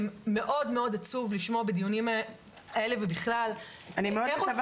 מאוד עצוב לשמוע בדיונים האלה ובכלל --- אני כבר